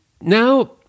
now